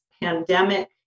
pandemic